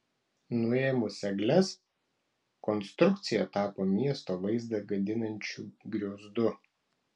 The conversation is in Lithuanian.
nuėmus egles konstrukcija tapo miesto vaizdą gadinančiu griozdu